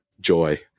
joy